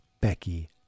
Becky